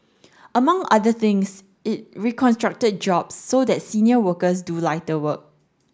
among other things it reconstructed jobs so that senior workers do lighter work